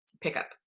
pickup